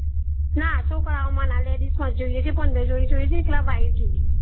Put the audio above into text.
ના છોકરાઓમાં ના લેડીઝમાં જ જોઈએ છે પંદર જોડી જોઈએ છે એકલા વાઈટ જોડીની